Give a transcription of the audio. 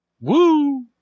woo